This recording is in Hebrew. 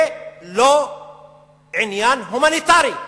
זה לא עניין הומניטרי.